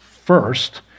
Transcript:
first